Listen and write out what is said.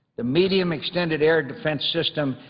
the medium extended air defense system,